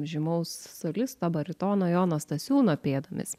žymaus solisto baritono jono stasiūno pėdomis